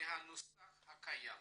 מהנוסח הקיים.